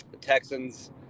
Texans